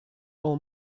all